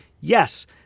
Yes